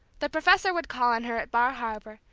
the professor would call on her at bar harbor,